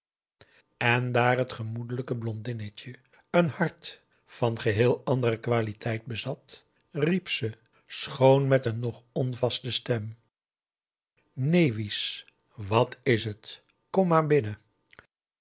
en daar het gemoedelijke blondinetje een hart van geheel andere qualiteit bezat riep ze schoon met een nog onvaste stem neen wies wat is het kom maar binnen